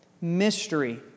mystery